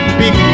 big